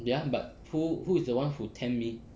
ya but who who is the one who tempt me